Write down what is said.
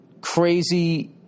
crazy